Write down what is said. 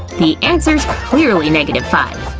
the answer's clearly negative five,